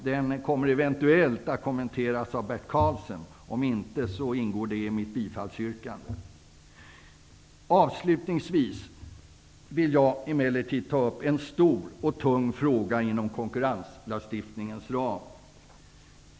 Den kommer eventuellt att kommenteras av Bert Karlsson, om inte, kommer jag att yrka bifall till den. Avslutningsvis vill jag emellertid ta upp en stor och tung fråga inom konkurrenslagstiftningens ram.